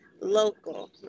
local